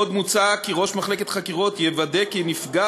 עוד מוצע כי ראש מחלקת חקירות יוודא כי נפגע